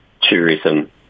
tourism